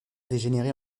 dégénérer